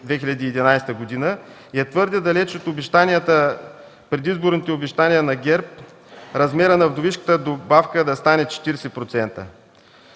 2011 г., и е твърде далеч от предизборните обещания на ГЕРБ размерът на вдовишката добавка да стане 40%.